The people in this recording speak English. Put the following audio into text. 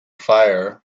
fire